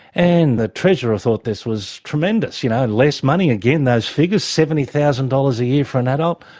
and the treasurer thought this was tremendous, you know, less money again, those figures, seventy thousand dollars a year for an adult,